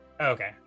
Okay